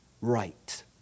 right